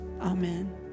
Amen